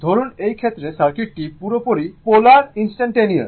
ধরুন এই ক্ষেত্রে সার্কিটটি পুরোপুরি পোলার ইনস্টানটানেওয়াস